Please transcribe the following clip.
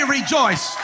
rejoice